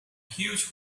huge